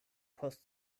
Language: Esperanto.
post